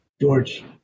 George